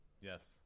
yes